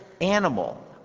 animal